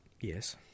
Yes